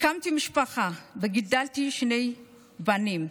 הקמתי משפחה וגידלתי שני בנים: